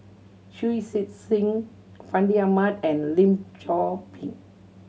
Shui Sit Sing Fandi Ahmad and Lim Chor Pee